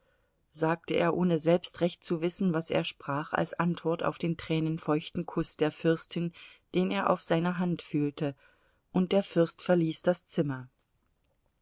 sagte er ohne selbst recht zu wissen was er sprach als antwort auf den tränenfeuchten kuß der fürstin den er auf seiner hand fühlte und der fürst verließ das zimmer